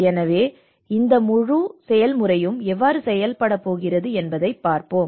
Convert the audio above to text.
எனவே இந்த முழு செயல்முறையும் எவ்வாறு செயல்படப் போகிறது என்பதைப் பார்ப்போம்